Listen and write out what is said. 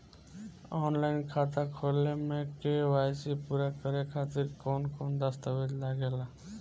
Online खाता खोले में के.वाइ.सी पूरा करे खातिर कवन कवन दस्तावेज लागे ला?